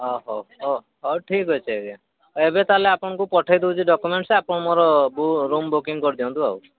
ଅ ହଉ ହଉ ହଉ ଠିକ୍ ଅଛି ଆଜ୍ଞା ଏବେ ତା'ହେଲେ ଆପଣଙ୍କୁ ପଠାଇ ଦଉଛି ଡକ୍ୟୁମେଣ୍ଟସ ଆପଣ ମୋର ରୁମ୍ ବୁକିଂ କରିଦିଅନ୍ତୁ ଆଉ